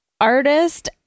artist